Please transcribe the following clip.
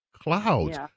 clouds